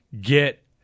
get